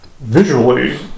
visually